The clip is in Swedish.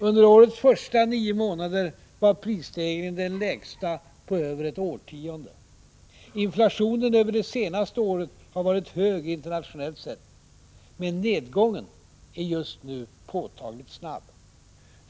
Under årets första nio månader var prisstegringen den lägsta på över ett årtionde. Inflationen över det senaste året har varit hög, internationellt sett, men nedgången är just nu påtagligt snabb.